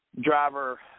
driver